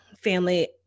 family